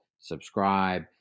subscribe